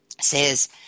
says